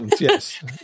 yes